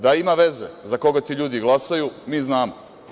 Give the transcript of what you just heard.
Da ima veze za koga ti ljudi glasaju, mi znamo.